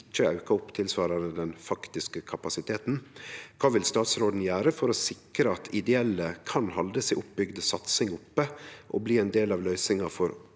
ikkje er auka opp tilsvarande den faktiske kapasiteten, kva vil statsråden gjere for å sikre at ideelle kan halde si oppbygde satsing oppe og bli ein del av løysinga for